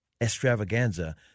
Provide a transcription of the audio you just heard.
extravaganza